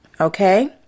okay